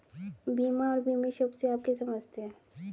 बीमा और बीमित शब्द से आप क्या समझते हैं?